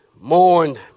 mourned